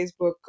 Facebook